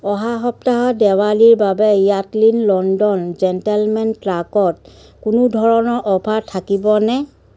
অহা সপ্তাহত দেৱালীৰ বাবে য়াৰ্টলীন লণ্ডন জেণ্টেলমেন কাল্কত কোনো ধৰণৰ অফাৰ থাকিবনে